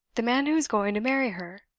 the man who is going to marry her.